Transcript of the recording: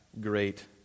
great